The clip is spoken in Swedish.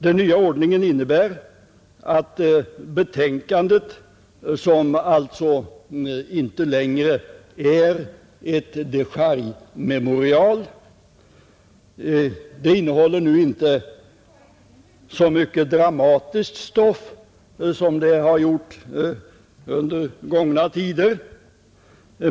Den nya ordningen innebär att betänkandet alltså inte längre är ett dechargememorial — det innehåller nu inte så mycket dramatiskt stoff som under gångna tider.